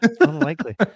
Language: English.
Unlikely